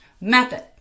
method